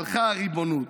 / הלכה הריבונות.